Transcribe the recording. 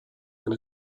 and